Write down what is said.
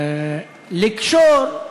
לקשור,